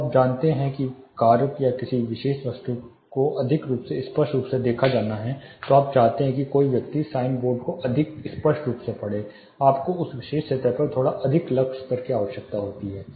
जब आप जानते हैं कि कार्य या किसी विशेष वस्तु को अधिक स्पष्ट रूप से देखा जाना है तो आप चाहते हैं कि कोई व्यक्ति साइन बोर्ड को अधिक स्पष्ट रूप से देख सके आपको उस विशेष सतह पर थोड़ा अधिक लक्स स्तर की आवश्यकता हो सकती है